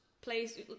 place